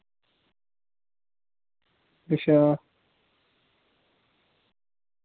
अच्छा